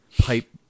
pipe